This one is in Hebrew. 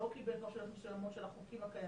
לא קיבל פרשנויות מסוימות של החוקים הקיימים,